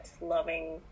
loving